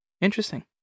Interesting